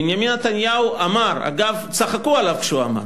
בנימין נתניהו אמר, אגב, צחקו עליו כשהוא אמר: